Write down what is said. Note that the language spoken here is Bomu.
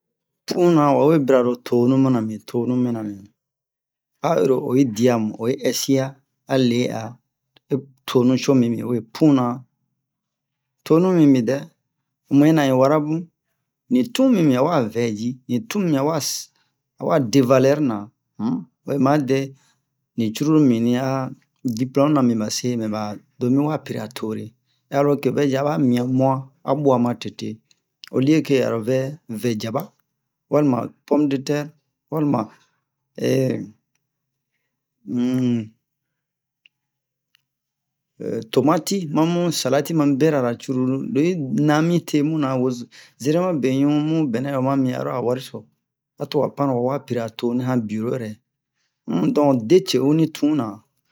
punna wawe bira lo tonu mina min tonu mina min a o yiro oyi diya mu oyi ɛsia ale'a tonu co mimin u'e punna tonu mimin dɛ muyɛna un wara bun ni tun mimin awa vɛ ji ni tun min awa awa de valeur na um obe ma dɛ nin curulu mimin a diplôme na min base mɛ ba lomi wa piri'a tore alors que aba mian mu'an a buwa matete au lieu que aro vɛ vɛɛ jaba walima pomme de terre walima um tomati manu salati manu berara curulu loyi na mite muna wozo zerema beɲu mu bɛnɛ o mami aro a wariso a to wa pan lo wawa piri'a tonu han birorɛ um donc de ce'u nin tunna